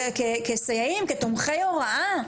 כסייעים, כתומכי הוראה,